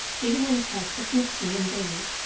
giving an effect of mystery unveiled,